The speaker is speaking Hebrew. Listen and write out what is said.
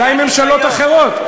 אולי ממשלות אחרות.